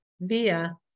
via